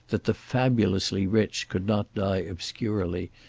that the fabulously rich could not die obscurely,